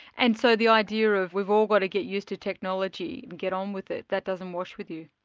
and so the idea of we've all got to get used to technology and get on with it, that doesn't wash with you?